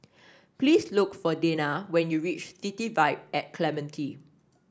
please look for Dena when you reach City Vibe at Clementi